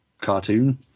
cartoon